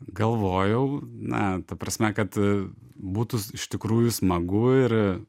galvojau na ta prasme kad būtų iš tikrųjų smagu ir